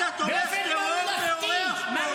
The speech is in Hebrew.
אתה אורח פה.